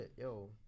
yo